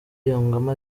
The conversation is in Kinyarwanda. yungamo